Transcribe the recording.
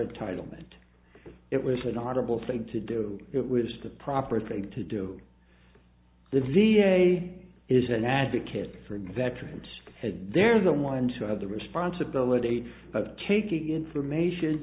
entitlement it was an honorable thing to do it was the proper thing to do the v a is an advocate for and veterans said they're the ones who have the responsibility of taking information